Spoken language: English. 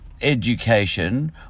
education